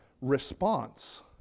response